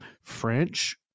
French